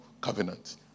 covenant